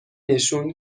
نشون